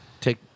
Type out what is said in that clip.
take